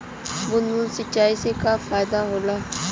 बूंद बूंद सिंचाई से का फायदा होला?